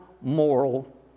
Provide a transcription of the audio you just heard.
moral